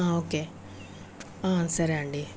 okay సరే అండి